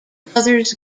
brothers